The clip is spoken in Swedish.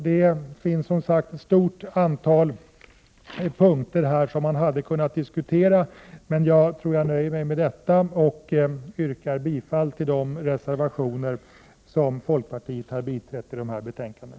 Det finns som sagt ett stort antal punkter att diskutera, men jag skall nöja mig med det sagda och yrka bifall till de reservationer som folkpartiet har biträtt i föreliggande betänkanden.